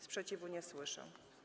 Sprzeciwu nie słyszę.